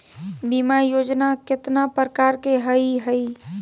बीमा योजना केतना प्रकार के हई हई?